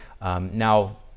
Now